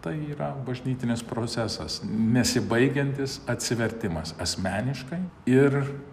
tai yra bažnytinis procesas nesibaigiantis atsivertimas asmeniškai ir